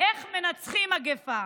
"איך מנצחים מגפה".